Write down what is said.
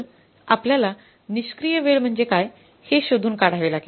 तर आपल्याला निष्क्रिय वेळ म्हणजे काय हे शोधून काढावे लागेल